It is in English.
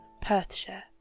Perthshire